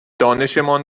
دانشمان